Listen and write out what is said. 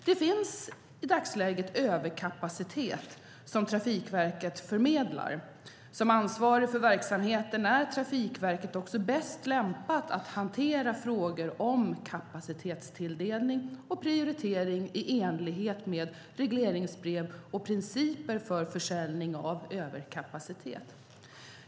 Det finns i dagsläget överkapacitet som Trafikverket förmedlar. Som ansvarig för verksamheten är Trafikverket också bäst lämpat att hantera frågor om kapacitetstilldelning och prioritering i enlighet med regleringsbrev och principer för försäljning av överkapacitet.